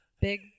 Big